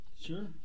Sure